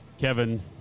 Kevin